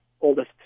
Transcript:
oldest